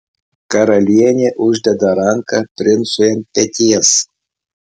karalienė uždeda ranką princui ant peties